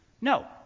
No